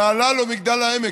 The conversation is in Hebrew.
נהלל או מגדל העמק.